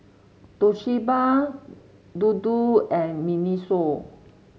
Toshiba Dodo and Miniso